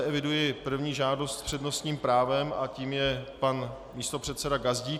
Eviduji první žádost s přednostním právem, tím je pan místopředseda Gazdík.